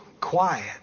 quiet